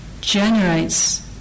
generates